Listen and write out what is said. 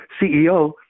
CEO